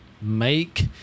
Make